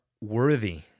worthy